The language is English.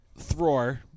Thror